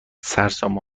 سرسام